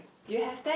do you have that